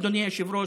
אדוני היושב-ראש,